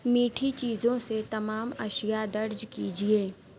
میٹھی چیزوں سے تمام اشیا درج کیجیے